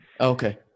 Okay